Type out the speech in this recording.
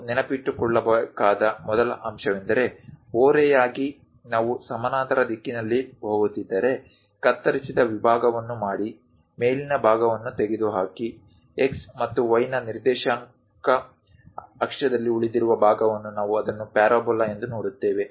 ನಾವು ನೆನಪಿಟ್ಟುಕೊಳ್ಳಬೇಕಾದ ಮೊದಲ ಅಂಶವೆಂದರೆ ಓರೆಯಾಗಿ ನಾವು ಸಮಾನಾಂತರ ದಿಕ್ಕಿನಲ್ಲಿ ಹೋಗುತ್ತಿದ್ದರೆ ಕತ್ತರಿಸಿದ ವಿಭಾಗವನ್ನು ಮಾಡಿ ಮೇಲಿನ ಭಾಗವನ್ನು ತೆಗೆದುಹಾಕಿ x ಮತ್ತು y ನ ನಿರ್ದೇಶಾಂಕ ಅಕ್ಷದಲ್ಲಿ ಉಳಿದಿರುವ ಭಾಗವನ್ನು ನಾವು ಅದನ್ನು ಪ್ಯಾರಾಬೋಲಾ ಎಂದು ನೋಡುತ್ತೇವೆ